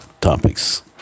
topics